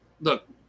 Look